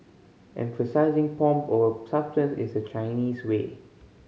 emphasising pomp over substance is the Chinese way